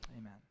Amen